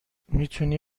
میتونی